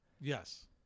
Yes